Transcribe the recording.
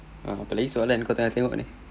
ah apa lagi soalan kau tengah tengok ni